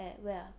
at where ah